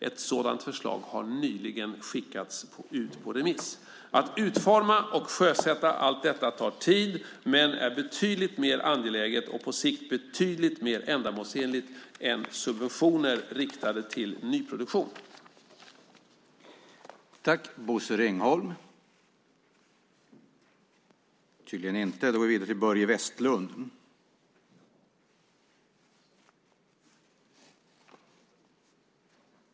Ett sådant förslag har nyligen skickats ut på remiss. Att utforma och sjösätta allt detta tar tid, men är betydligt mer angeläget och på sikt betydligt mer ändamålsenligt än subventioner riktade till nyproduktion. Talmannen konstaterade att Bosse Ringholm, som framställt interpellationen, inte var närvarande i kammaren.